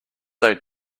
they